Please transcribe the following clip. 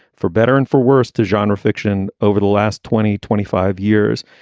for better and for worse, the genre fiction over the last twenty, twenty five years,